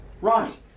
Ronnie